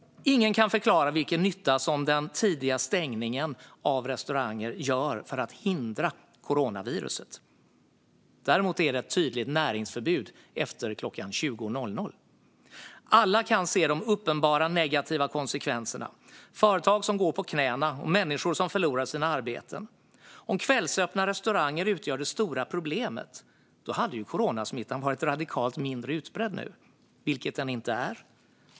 Ingen kan förklara vilken nytta den tidiga stängningen av restauranger gör för att hindra coronaviruset. Däremot är det ett tydligt näringsförbud efter klockan 20. Alla kan se de uppenbara negativa konsekvenserna: företag som går på knäna och människor som förlorar sina arbeten. Om kvällsöppna restauranger utgör det stora problemet hade ju coronasmittan varit radikalt mindre utbredd nu, vilket den inte är.